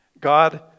God